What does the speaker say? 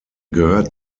gehört